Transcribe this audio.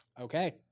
Okay